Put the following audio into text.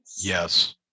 Yes